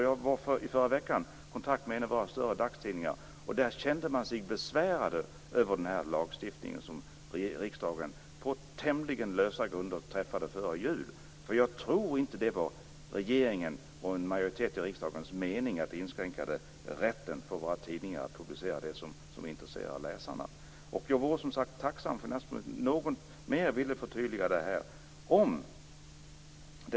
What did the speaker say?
Jag var i förra veckan i kontakt med en av våra större dagstidningar. Där kände man sig besvärade över den här lagstiftningen som riksdagen på tämligen lösa grunder beslutade om före jul. Jag tror inte att det var regeringens och riksdagsmajoritetens mening att inskränka rätten för våra tidningar att publicera det som intresserar läsarna. Jag vore tacksam om finansministern ville förtydliga detta lite mer.